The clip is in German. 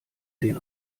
den